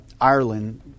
Ireland